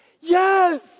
yes